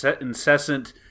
incessant